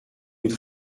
nous